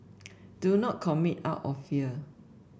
do not commit out of fear